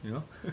you know